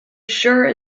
sure